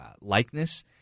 likeness